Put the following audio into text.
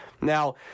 Now